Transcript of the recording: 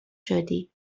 شدی